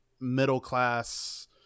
middle-class